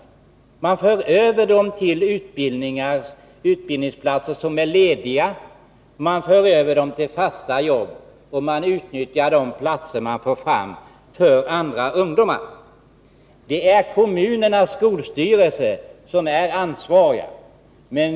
Ungdomarna förs över till utbildningsplatser som är lediga eller till fasta jobb, och man utnyttjar de platser man får fram för andra ungdomar. Kommunernas skolstyrelser är ansvariga.